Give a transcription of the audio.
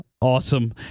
awesome